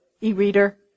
e-reader